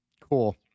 cool